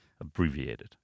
Abbreviated